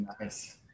Nice